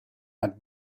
had